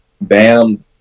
Bam